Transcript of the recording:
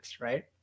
Right